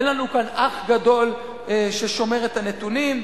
אין לנו כאן "אח גדול" ששומר את הנתונים.